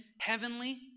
heavenly